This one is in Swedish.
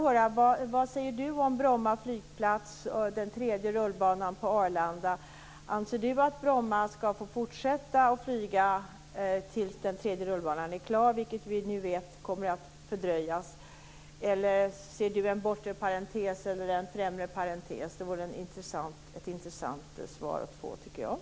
Örnfjäder att flyget på Bromma skall få fortsätta tills den tredje rullbanan är klar, vilket vi vet kommer att fördröjas? Eller ser Krister Örnfjäder en bortre eller en främre parentes? Det vore intressant att få svar på de frågorna.